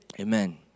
Amen